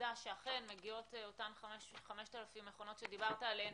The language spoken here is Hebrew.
שנדע שאכן מגיעות אותן 5,000 מכונות שדיברת עליהן